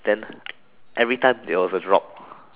then everytime there was a drop